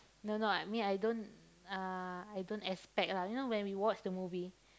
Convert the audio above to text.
no no I mean I don't uh I don't expect lah you know when we watch the movie